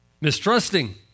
Mistrusting